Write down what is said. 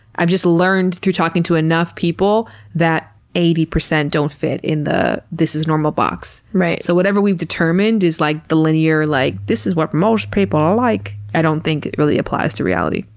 i've just learned through talking to enough people that eighty percent don't fit in the this is normal box. so, whatever we've determined is like the linear, like, this is what most people like. i don't think it really applies to reality.